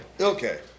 Okay